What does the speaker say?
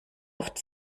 oft